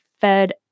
fed